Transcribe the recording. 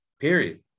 period